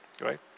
right